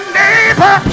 neighbor